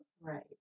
Right